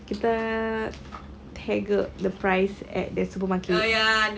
kita haggled the price at the supermarket